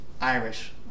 Irish